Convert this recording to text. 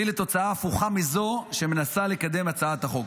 תביא לתוצאה הפוכה מזו שמנסה לקדם הצעת החוק.